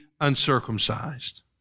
uncircumcised